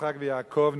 יצחק ויעקב,